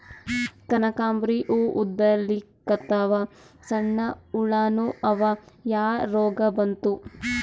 ಕನಕಾಂಬ್ರಿ ಹೂ ಉದ್ರಲಿಕತ್ತಾವ, ಸಣ್ಣ ಹುಳಾನೂ ಅವಾ, ಯಾ ರೋಗಾ ಬಂತು?